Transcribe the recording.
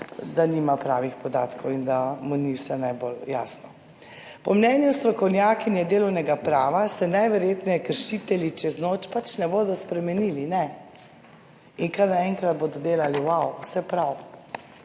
da nima pravih podatkov in da mu ni vse najbolj jasno. Po mnenju strokovnjakinje delovnega prava se najverjetneje kršitelji čez noč pač ne bodo spremenili. Ne. In kar naenkrat bodo delali, vau, vse prav.